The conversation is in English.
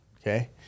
okay